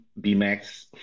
BMax